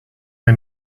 may